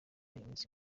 iminsi